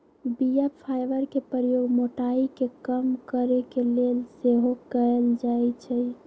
बीया फाइबर के प्रयोग मोटाइ के कम करे के लेल सेहो कएल जाइ छइ